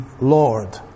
Lord